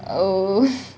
oh